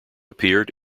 appeared